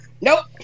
NOPE